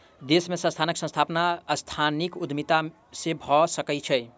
देश में संस्थानक स्थापना सांस्थानिक उद्यमिता से भअ सकै छै